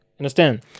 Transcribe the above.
Understand